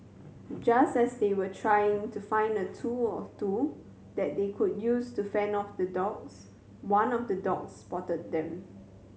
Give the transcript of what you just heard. just as they were trying to find a tool or two that they could use to fend off the dogs one of the dogs spotted them